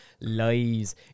Lies